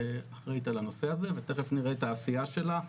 שאחראית על הנושא הזה ותיכף נראה את העשייה שלה.